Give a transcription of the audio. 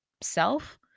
self